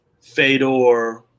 Fedor